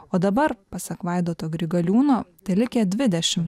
o dabar pasak vaidoto grigaliūno telikę dvidešimt